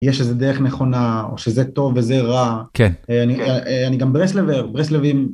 יש איזה דרך נכונה או שזה טוב וזה רע. כן. אני גם ברסלבר. ברסלבים.